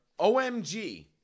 Omg